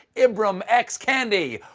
ibram x. kendi!